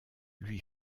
lui